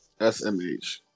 SMH